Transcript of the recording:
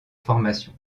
formation